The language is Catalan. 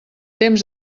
temps